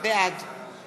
בעד